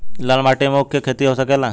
लाल माटी मे ऊँख के खेती हो सकेला?